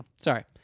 Sorry